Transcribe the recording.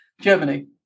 Germany